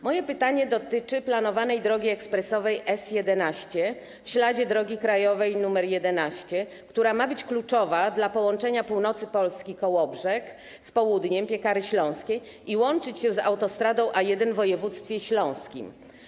Moje pytanie dotyczy planowanej drogi ekspresowej S11 w śladzie drogi krajowej nr 11, która ma być kluczowa dla połączenia północy Polski, Kołobrzeg, z południem, Piekary Śląskie, i łączyć się z autostradą A1 w województwie śląskim.